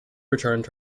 returned